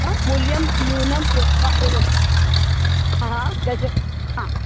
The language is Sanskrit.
हा मूल्यं न्यूनं कृत्वा एव हा हा दश हा